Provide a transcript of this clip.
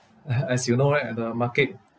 as you know right uh the market